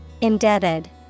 Indebted